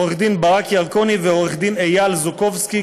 עורך-דין ברק ירקוני ועורך-דין אייל זוקובסקי,